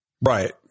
Right